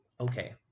okay